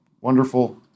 Wonderful